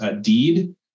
Deed